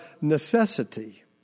necessity